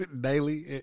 Daily